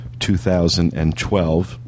2012